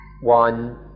One